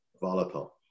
volatile